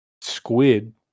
squid